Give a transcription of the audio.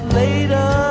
later